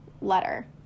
letter